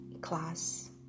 class